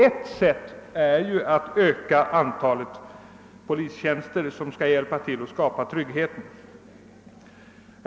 Ett sätt är att öka antalet poliser som kan hjälpa till att skapa trygghet.